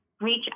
reach